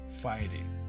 fighting